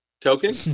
Token